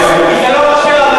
כי זה לא מה שאמרת.